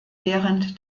während